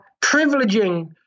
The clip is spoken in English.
privileging